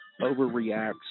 overreacts